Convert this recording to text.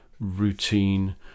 routine